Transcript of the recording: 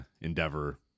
Endeavor